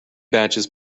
batches